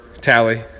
tally